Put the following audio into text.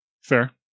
Fair